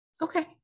okay